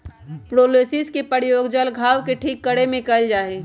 propolis के प्रयोग जल्ल घाव के ठीक करे में कइल जाहई